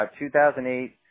2008